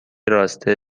راسته